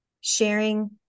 sharing